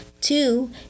Two